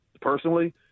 personally